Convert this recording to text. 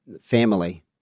family